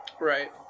Right